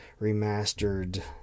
remastered